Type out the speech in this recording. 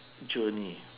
journey